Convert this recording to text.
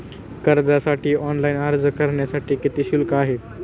कर्जासाठी ऑनलाइन अर्ज करण्यासाठी किती शुल्क आहे?